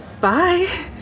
Bye